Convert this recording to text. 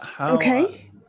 Okay